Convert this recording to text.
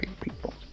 people